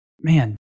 man